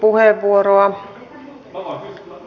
pari vastauspuheenvuoroa